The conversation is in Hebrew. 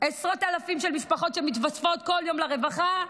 עשרות אלפי משפחות מתווספות כל יום לרווחה,